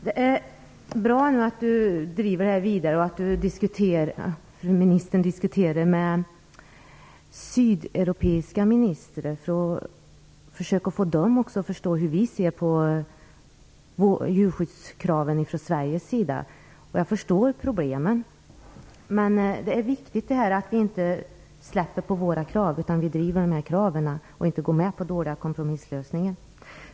Herr talman! Det är bra att fru ministern driver frågan vidare och diskuterar med sydeuropeiska ministrar och försöker att få dem att förstå hur vi från Sveriges sida ser på djurskyddskraven. Jag förstår problemen. Men det är viktigt att vi inte släpper på våra krav utan driver dem och inte går med på dåliga kompromisslösningar.